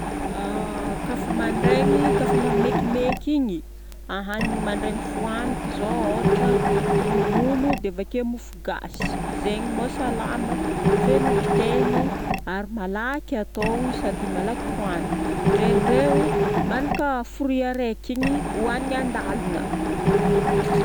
Kafa mandraigny, kafa anao maikimaiky igny, hanigny mandraigny fohagniko zao ohatra ronono, dia vake mofogasy. Izegny mahasalama, feno otrikainy ary malaky atao sady malaky hohanigna. Ndraindray ao malaka fruit araiky igny hohagnina an-dalana.